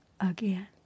again